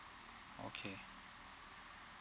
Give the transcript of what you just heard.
okay